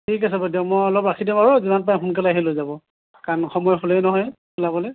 ঠিক আছে বাৰু দিয়ক মই অলপ ৰাখি দিওঁ বাৰু যিমান পাৰে সোনকালে আহি লৈ যাব কাৰণ সময় হ'লেই নহয় চিলাবলৈ